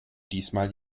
diesmal